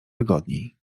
wygodniej